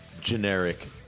generic